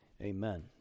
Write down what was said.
Amen